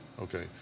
Okay